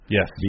Yes